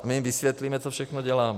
My jim vysvětlíme, co všechno děláme.